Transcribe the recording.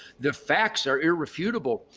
the facts are irrefutable.